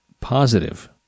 positive